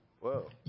Whoa